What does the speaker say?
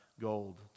gold